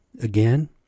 again